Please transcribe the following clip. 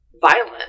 violent